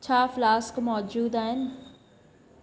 छा फ़्लासक मौजूदु आहिनि